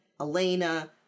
Elena